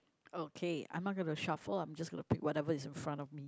oh K I'm not going to shuffle I'm just going to pick whatever is in front of me